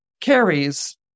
carries